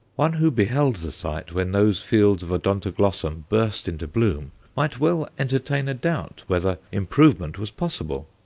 one who beheld the sight when those fields of odontoglossum burst into bloom might well entertain a doubt whether improvement was possible.